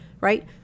right